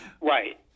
Right